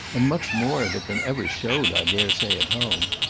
and much more of it than ever showed, i dare say, at home.